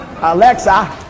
Alexa